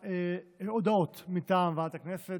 הודעות מטעם ועדת הכנסת.